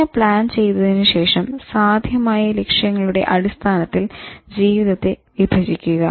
ഇങ്ങനെ പ്ലാൻ ചെയ്തതിന് ശേഷം സാധ്യമായ ലക്ഷ്യങ്ങളുടെ അടിസ്ഥാനത്തിൽ ജീവിതത്തെ വിഭജിക്കുക